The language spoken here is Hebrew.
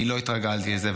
אני לא התרגלתי לזה,